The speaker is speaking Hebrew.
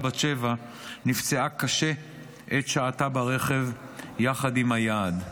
בת שבע נפצעה קשה עת שהתה ברכב יחד עם היעד.